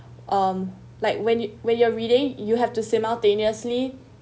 um like when when you're reading you have to simultaneously